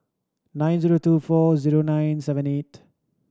nine zero two four zero nine seven eight